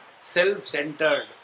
self-centered